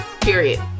Period